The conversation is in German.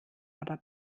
aber